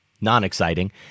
non-exciting